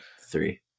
three